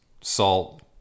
salt